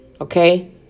Okay